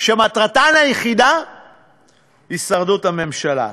שמטרתן היחידה הישרדות הממשלה.